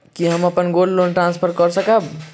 की हम अप्पन gold loan transfer करऽ सकबै?